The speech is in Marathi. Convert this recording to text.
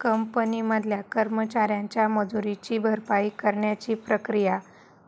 कंपनी मधल्या कर्मचाऱ्यांच्या मजुरीची भरपाई करण्याची प्रक्रिया